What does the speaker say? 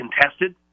contested